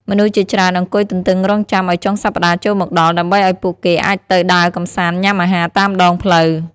មនុស្សជាច្រើនអង្គុយទន្ទឹងរង់ចាំឲ្យចុងសប្ដាហ៍ចូលមកដល់ ដើម្បីឲ្យពួកគេអាចទៅដើរកំសាន្តញុំាអាហារតាមដងផ្លូវ។